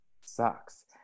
sucks